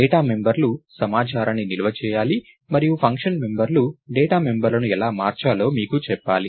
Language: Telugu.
డేటా మెంబర్లు సమాచారాన్ని నిల్వ చేయాలి మరియు ఫంక్షన్ మెంబర్లు డేటా మెంబర్లను ఎలా మార్చాలో మీకు చెప్పాలి